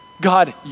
God